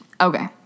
Okay